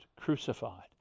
crucified